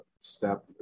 step